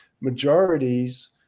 majorities